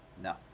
No